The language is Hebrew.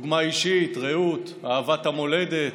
דוגמה אישית, רעות, אהבת המולדת,